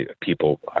people